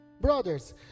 brothers